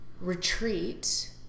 retreat